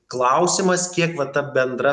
klausimas kiek va ta bendra